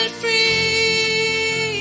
free